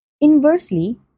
Inversely